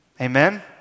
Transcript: Amen